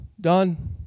done